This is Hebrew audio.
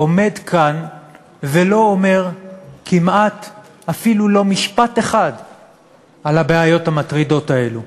עומד כאן ולא אומר כמעט אפילו לא משפט אחד על הבעיות המטרידות האלו.